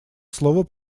слово